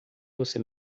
você